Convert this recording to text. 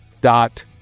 dot